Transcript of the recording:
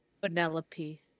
Penelope